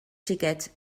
xiquets